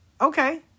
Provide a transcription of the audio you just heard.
Okay